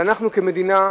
שאנחנו כמדינה,